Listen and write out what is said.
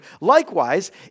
Likewise